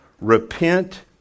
Repent